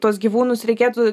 tuos gyvūnus reikėtų